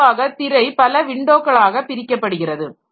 பொதுவாக திரை பல விண்டோக்களாக பிரிக்கப்படுகிறது